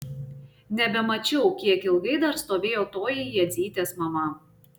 nebemačiau kiek ilgai dar stovėjo toji jadzytės mama